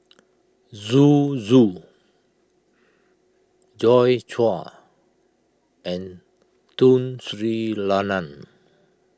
Zhu Zhu Joi Chua and Tun Sri Lanang